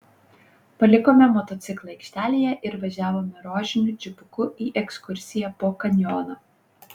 palikome motociklą aikštelėje ir važiavome rožiniu džipuku į ekskursiją po kanjoną